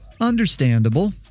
Understandable